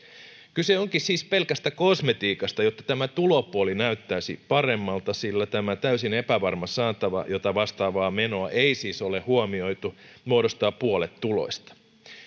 kyse onkin siis pelkästä kosmetiikasta jotta tulopuoli näyttäisi paremmalta sillä tämä täysin epävarma saatava jota vastaavaa menoa ei siis ole huomioitu muodostaa puolet tuloista